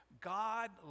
God